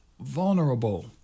vulnerable